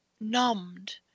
numbed